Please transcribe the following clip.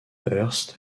hearst